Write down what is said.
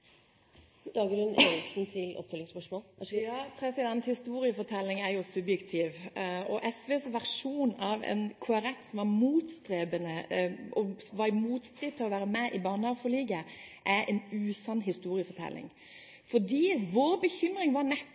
Historiefortelling er subjektivt. SVs versjon av et Kristelig Folkeparti som var motstrebende og i motstrid til å være med i barnehageforliket, er en usann historiefortelling. Vår bekymring inn i forliket var